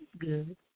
good